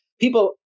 people